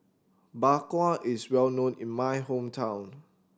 Bak Kwa is well known in my hometown